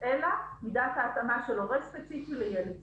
אלא מידת ההתאמה של הורה ספציפי לילד ספציפי.